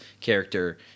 character